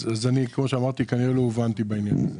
כמו שאמרתי, כנראה לא הובנתי בעניין הזה.